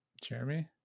Jeremy